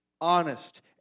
honest